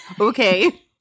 Okay